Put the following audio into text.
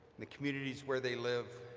the communities where they live,